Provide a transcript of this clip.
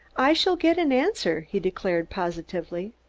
i shall get an answer, he declared positively.